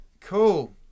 cool